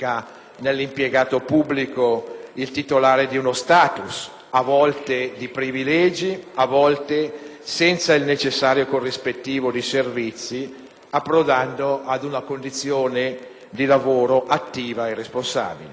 nell'impiegato pubblico il titolare di uno *status* (a volte anche di privilegi, a volte senza il necessario corrispettivo di servizi), approdando ad una condizione di lavoro attiva e responsabile.